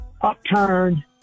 upturn